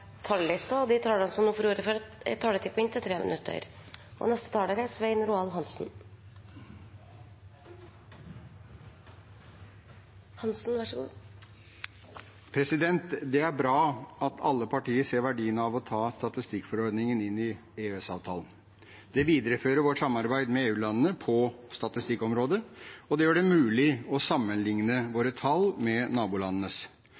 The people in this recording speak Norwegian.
De talere som heretter får ordet, har en taletid på inntil 3 minutter. Det er bra at alle partier ser verdien av å ta statistikkforordningen inn i EØS-avtalen. Det viderefører vårt samarbeid med EU-landene på statistikkområdet, og det gjør det mulig å